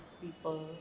people